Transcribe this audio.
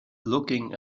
looking